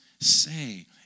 say